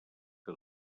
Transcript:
que